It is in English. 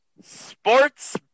Sports